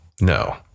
No